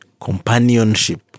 companionship